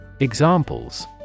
Examples